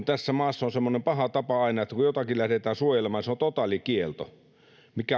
tässä maassa on semmoinen paha tapa aina että kun jotakin lähdetään suojelemaan niin se on totaalikielto mikä